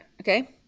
okay